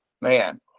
man